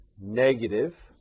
negative